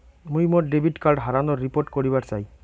মুই মোর debit card হারানোর রিপোর্ট করিবার চাই